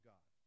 God